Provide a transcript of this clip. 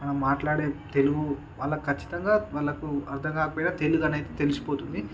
మనం మాట్లాడే తెలుగు వాళ్ళక్ ఖచ్చితంగా వాళ్ళకు అర్థం కాకపోయిన తెలుగనేది తెలిసిపోతుంది